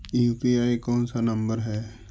UPI कोन सा number हैं?